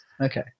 Okay